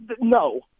No